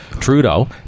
trudeau